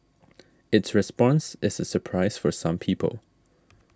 its response is a surprise for some people